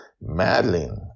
Madeline